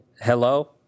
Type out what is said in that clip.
Hello